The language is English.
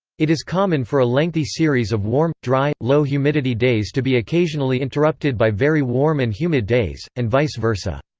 it is common for a lengthy series of warm, dry, low-humidity days to be occasionally interrupted by very warm and humid days, and vice versa.